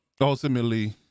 ultimately